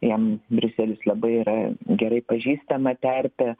jam briuselis labai yra gerai pažįstama terpė